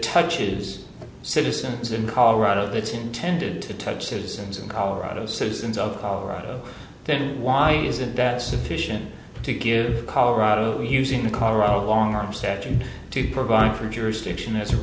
touches citizens in colorado that's intended to touch citizens in colorado citizens of colorado then why isn't that sufficient to give power out of using the colorado long arm statute to provide for jurisdiction is